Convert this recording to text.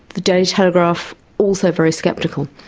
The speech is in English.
the daily telegraph also very sceptical.